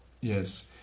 yes